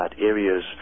areas